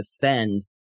defend